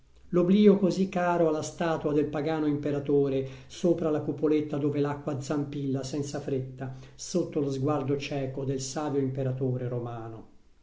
l'oblio così caro alla statua del pagano imperatore sopra la cupoletta dove l'acqua zampilla senza fretta sotto lo sguardo cieco del savio imperatore romano